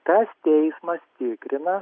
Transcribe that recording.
tas teismas tikrina